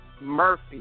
Murphy